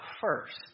first